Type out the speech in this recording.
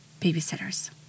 babysitters